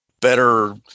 better